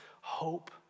hope